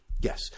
Yes